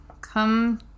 Come